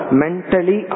mentally